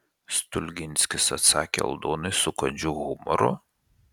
stulginskis atsakė aldonai su kandžiu humoru